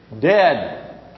dead